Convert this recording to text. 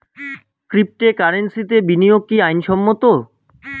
ক্রিপ্টোকারেন্সিতে বিনিয়োগ কি আইন সম্মত?